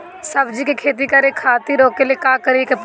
सब्जी की खेती करें उसके लिए का करिके पड़ी?